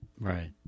Right